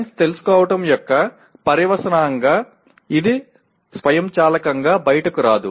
science తెలుసుకోవడం యొక్క పర్యవసానంగా ఇది స్వయంచాలకంగా బయటకు రాదు